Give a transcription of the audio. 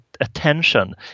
Attention